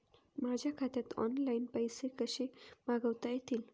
माझ्या खात्यात ऑनलाइन पैसे कसे मागवता येतील?